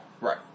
Right